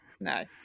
No